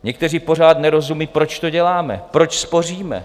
Někteří pořád nerozumějí, proč to děláme, proč spoříme.